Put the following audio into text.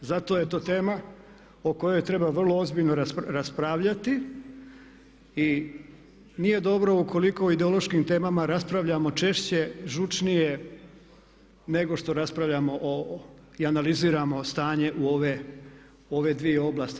Zato je to tema o kojoj treba vrlo ozbiljno raspravljati i nije dobro ukoliko o ideološkim temama raspravljamo češće, žučnije nego što raspravljamo i analiziramo stanje u ove dvije oblasti.